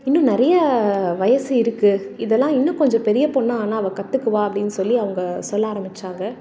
இன்னும் நிறைய வயது இருக்குது இதெல்லாம் இன்னும் கொஞ்சம் பெரிய பொண்ணாக ஆனால் அவள் கத்துக்குவாள் அப்படின்னு சொல்லி அவங்க சொல்ல ஆரம்பித்தாங்க